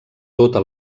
tota